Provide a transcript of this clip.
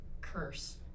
curse